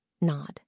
Nod